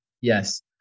Yes